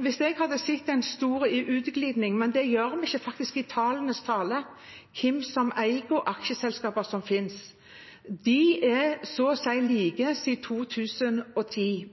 Hvis jeg hadde sett en stor utglidning av hvem som eier, og aksjeselskaper som finnes – men det gjør vi ikke i tallenes tale, de er så å si like siden 2010.